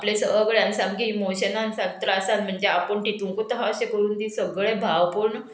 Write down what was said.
आपले सगळ्यान सामकी इमोशनान सामकी त्रासान म्हणजे आपूण तितूंकूच हा अशें करून ती सगळें भावपोवन